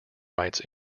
rights